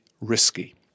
risky